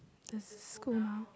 the school